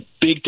big